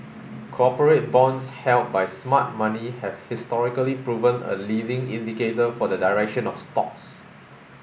corporate bonds held by smart money have historically proven a leading indicator for the direction of stocks